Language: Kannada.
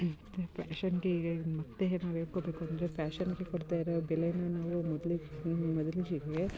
ಫ್ಯಾಶನ್ನಿಗೆ ಮತ್ತು ಏನಾದ್ರು ಹೇಳ್ಕೊಬೇಕು ಅಂದರೆ ಫ್ಯಾಶನ್ನಿಗೆ ಕೊಡ್ತಾಯಿರೊ ಬೆಲೆಯಾ ನಾವು ಮೊದಲು